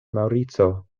maŭrico